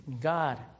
God